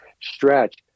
stretch